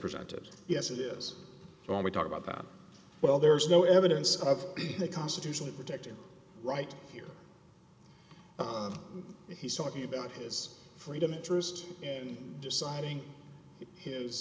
presented yes it is when we talk about that well there's no evidence of the constitutionally protected right here oh he's talking about his freedom interest and deciding his